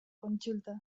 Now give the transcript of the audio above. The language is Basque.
kontsulta